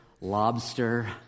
Lobster